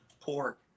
pork